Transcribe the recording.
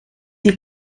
die